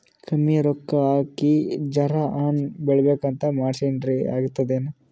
ಕಮ್ಮಿ ರೊಕ್ಕ ಹಾಕಿ ಜರಾ ಹಣ್ ಬೆಳಿಬೇಕಂತ ಮಾಡಿನ್ರಿ, ಆಗ್ತದೇನ?